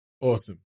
Awesome